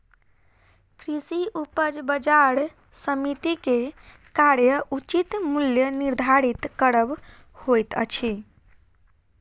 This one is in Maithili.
कृषि उपज बजार समिति के कार्य उचित मूल्य निर्धारित करब होइत अछि